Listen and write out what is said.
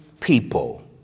people